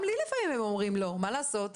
גם לי לפעמים הם אומרים לא, מה לעשות?